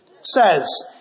says